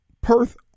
Perth